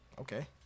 Okay